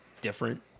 different